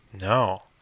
No